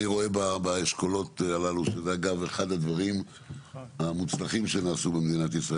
אני רואה באשכולות הללו אחד הדברים המוצלחים שנעשו במדינת ישראל,